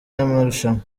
n’amarushanwa